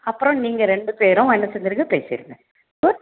அப்புறம் நீங்கள் ரெண்டு பேரும் என்ன செஞ்சுருங்க பேசுருங்க குட்